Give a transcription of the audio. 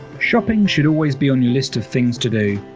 shopping should always be on a list of things to do.